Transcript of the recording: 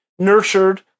nurtured